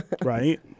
Right